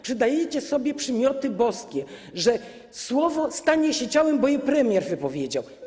Przydajecie sobie przymioty boskie, że słowo stanie się ciałem, bo je premier wypowiedział.